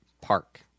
park